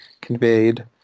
conveyed